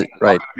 right